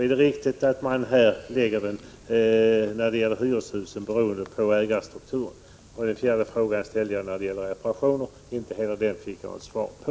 Är det riktigt att den i fråga om hyreshusen blir beroende av ägarstrukturen? Den fjärde frågan gällde reparationer, och den fick jag heller inget svar på.